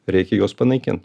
reikia juos panaikint